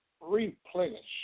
replenish